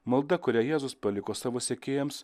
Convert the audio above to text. malda kurią jėzus paliko savo sekėjams